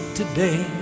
today